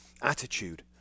attitude